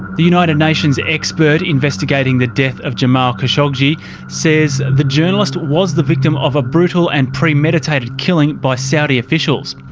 the united nations expert investigating the death of jamal khashoggi say the journalist was the victim of a brutal and premeditated killing by saudi officials.